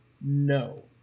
No